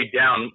down